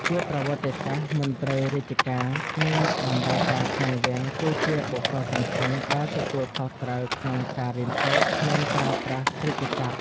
ជាប្រវត្តិសាស្ត្រ មន្ត្រីរាជការ និងអ្នកបម្រើការក្នុងវាំង គឺជាបុគ្គលសំខាន់ដែលទទួលខុសត្រូវក្នុងការរៀនសូត្រ និងប្រើប្រាស់រាជសព្ទ។